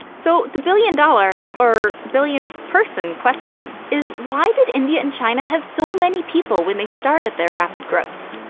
so the billion-dollar, er, billion-person question, is why did india and china have so many people when they started their rapid growth?